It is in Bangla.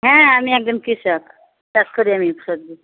হ্যাঁ আমি একজন কৃষক চাষ করি আমি সবজি